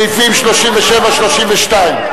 סעיף 37(32),